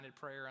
prayer